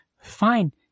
fine